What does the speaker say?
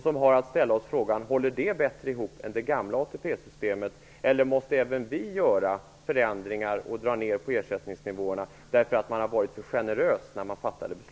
Vi har att ställa oss frågan om det kommer att hålla ihop bättre än det gamla ATP systemet, eller om även vi måste göra förändringar och dra ned på ersättningsnivåerna därför att vi var för generösa när beslutet fattades.